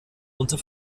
unter